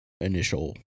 initial